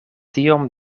tiom